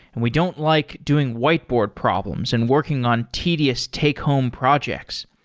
and we don't like doing whiteboard problems and working on tedious take home projects.